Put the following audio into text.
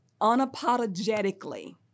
unapologetically